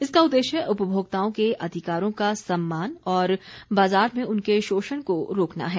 इसका उद्देश्य उपभोक्ताओं के अधिकारों का सम्मान और बाजार में उनके शोषण को रोकना है